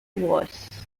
was